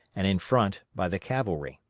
and in front by the cavalry.